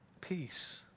peace